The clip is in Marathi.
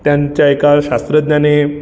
त्यांच्या एका शास्त्रज्ञाने